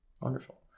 Wonderful